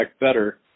Better